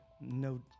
no